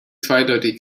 zweideutig